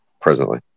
presently